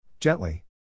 Gently